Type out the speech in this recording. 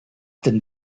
dem